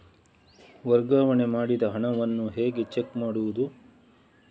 ವರ್ಗಾವಣೆ ಮಾಡಿದ ಹಣವನ್ನು ಹೇಗೆ ಚೆಕ್ ಮಾಡುವುದು?